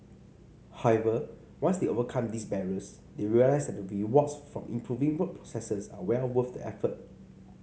however once they overcome these barriers they realise that the rewards from improving work processes are well worth the effort